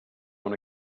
own